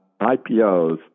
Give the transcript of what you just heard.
IPOs